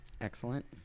Excellent